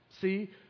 See